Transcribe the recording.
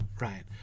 right